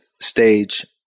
stage